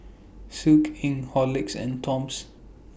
Inc Horlicks and Toms